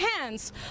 hands